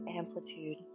amplitude